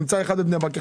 נמצא אחד בבני ברק,